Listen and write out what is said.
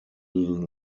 little